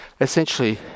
essentially